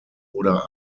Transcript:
oder